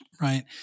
right